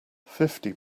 fifty